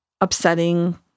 upsetting